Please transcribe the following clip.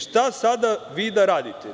Šta sada vi da radite?